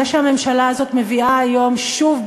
זה שהממשלה הזאת מביאה היום שוב,